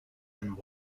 and